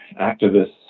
activists